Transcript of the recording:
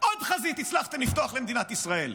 עוד חזית הצלחתם לפתוח למדינת ישראל.